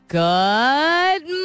good